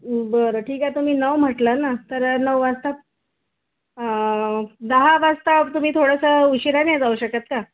बरं ठीक आहे तुम्ही नऊ म्हटलं ना तर नऊ वाजता दहा वाजता तुम्ही थोडंसं उशिरा नाही जाऊ शकतं का